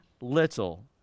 little